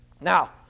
Now